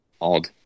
odd